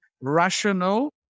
rational